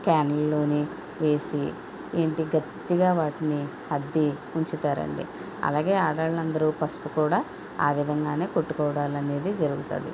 క్యాన్లోని వేసి ఏంటి గట్టిగా వాటిని అద్ది ముంచూతారండీ అలాగే ఆడాలు అందరూ పసుపు కూడా ఆ విధంగానే కట్టుకోవడాలు అనేది జరుగుతుంది